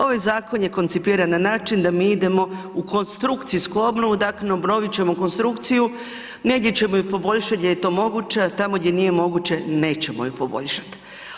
Ovaj zakon je koncipiran na način da mi idemo u konstrukcijsku obnovu, dakle obnovit ćemo konstrukciju, negdje ćemo je poboljšati gdje je to moguće, a tamo gdje nije moguće, nećemo ju poboljšati.